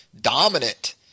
dominant